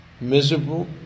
Miserable